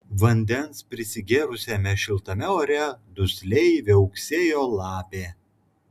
vandens prisigėrusiame šiltame ore dusliai viauksėjo lapė